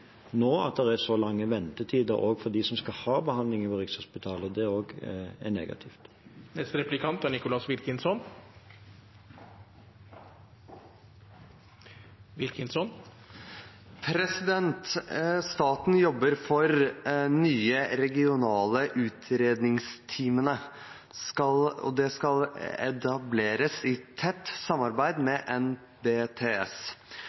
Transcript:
at det nå er så lange ventetider, også for dem som skal ha behandlingen ved Rikshospitalet, og det er også negativt. Staten jobber for de nye regionale utredningsteamene. De skal etableres i tett samarbeid